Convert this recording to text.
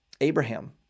abraham